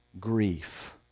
grief